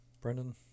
brendan